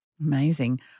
Amazing